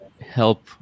help